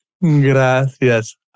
Gracias